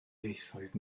ieithoedd